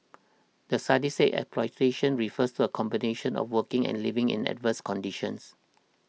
the study said exploitation refers to a combination of working and living in adverse conditions